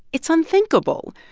it's unthinkable.